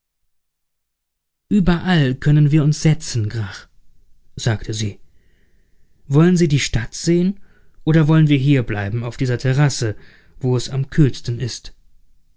ueberall können wir uns setzen grach sagte sie wollen sie die stadt sehen oder wollen wir hier bleiben auf dieser terrasse wo es am kühlsten ist